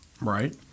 Right